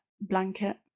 blanket